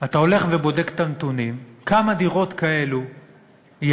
אתה הולך ובודק את הנתונים: כמה דירות כאלה יש?